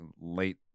late